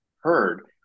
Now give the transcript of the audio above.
heard